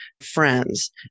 friends